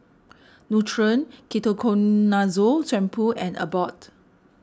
Nutren Ketoconazole Shampoo and Abbott